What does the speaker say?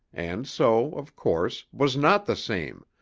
and so, of course, was not the same,